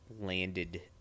landed